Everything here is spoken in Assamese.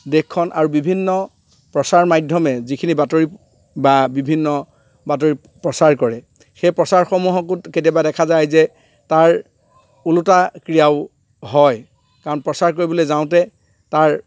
দেশখন আৰু বিভিন্ন প্ৰচাৰ মাধ্যমে যিখিনি বাতৰি বা বিভিন্ন বাতৰি প্ৰচাৰ কৰে সেই প্ৰচাৰসমূহকো কেতিয়াবা দেখা যায় যে তাৰ ওলোটা ক্ৰিয়াও হয় কাৰণ প্ৰচাৰ কৰিবলৈ যাওঁতে তাৰ